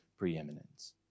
preeminence